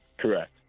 Correct